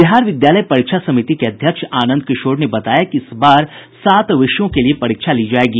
बिहार विद्यालय परीक्षा समिति के अध्यक्ष आनंद किशोर ने बताया कि इस बार सात विषयों के लिए परीक्षा ली जाएगी